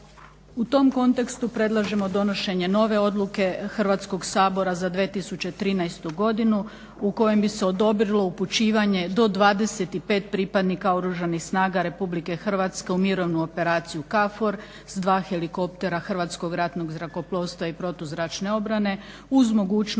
U tom kontekstu predlažemo donošenje nove odluke Hrvatskog sabora za 2013. godinu u kojem bi se odobrilo upućivanje do 25 pripadnika Oružanih snaga RH u mirovnu operaciju KFOR sa 2 helikoptera Hrvatskog ratnog zrakoplovstva i protuzračne obrane uz mogućnost